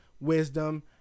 Wisdom